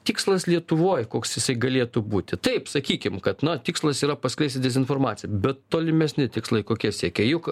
tikslas lietuvoj koks esi galėtų būti taip sakykim kad na tikslas yra paskleisti dezinformaciją bet tolimesni tikslai kokie siekiai juk